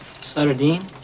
Sardine